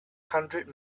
hundred